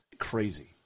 Crazy